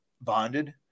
bonded